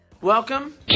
Welcome